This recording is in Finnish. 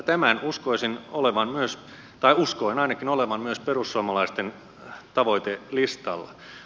tämän uskoisin olevan tai uskoin ainakin olevan myös perussuomalaisten tavoitelistalla